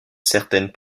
certaine